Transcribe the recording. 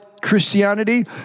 Christianity